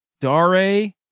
Dare